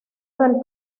del